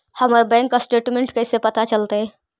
हमर bank statement कैसे पता चलतै?